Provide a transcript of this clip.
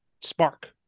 spark